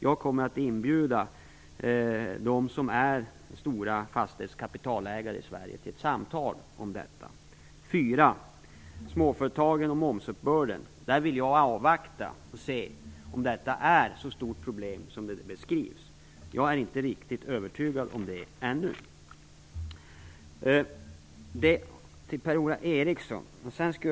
Jag kommer att inbjuda de stora kapitalägarna i Sverige till ett samtal om detta. Den fjärde frågan handlade om småföretagen och momsuppbörden. I fråga om detta vill jag avvakta och se om detta är ett så stort problem som det beskrivs. Jag är inte riktigt övertygad om det än.